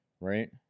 right